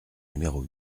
numéro